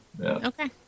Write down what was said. Okay